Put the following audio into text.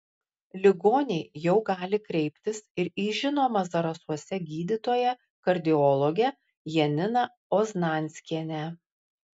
ligoniai jau gali kreiptis ir į žinomą zarasuose gydytoją kardiologę janina oznanskienę